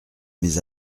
mes